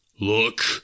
look